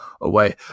away